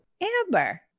Amber